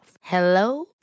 Hello